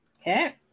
Okay